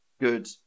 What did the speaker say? good